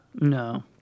No